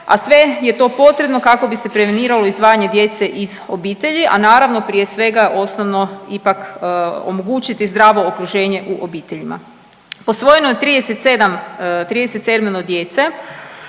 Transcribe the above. a sve je to potrebno kako bi se preveniralo izdvajanje djece iz obitelji, a naravno prije svega osnovno ipak omogućiti zdravo okruženje u obiteljima. Posvojeno je 37,